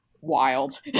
wild